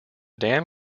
dam